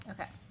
Okay